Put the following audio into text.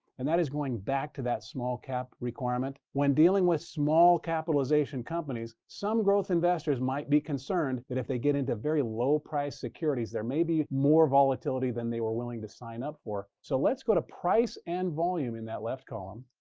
and that is going back to that small cap requirement. when dealing with small capitalization companies, some growth investors might be concerned that if they get into very low-price securities, there may be more volatility than they were willing to sign up for. so let's go to price and volume in that left column.